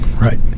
Right